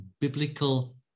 biblical